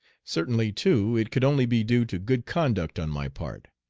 certainly, too, it could only be due to good conduct on my part.